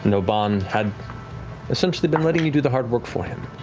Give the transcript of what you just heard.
and obann had essentially been letting you do the hard work for him.